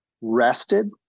rested